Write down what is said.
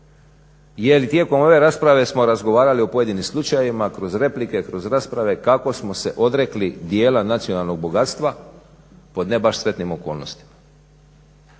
Jer i tijekom ove rasprave smo razgovarali o pojedinim slučajevima kroz replike, kroz rasprave kako smo se odrekli dijela nacionalnog bogatstva pod ne baš sretnim okolnostima.